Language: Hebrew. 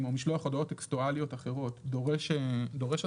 או משלוח הודעות טקסטואליות אחרות דורש אסדרה,